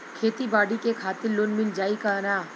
खेती बाडी के खातिर लोन मिल जाई किना?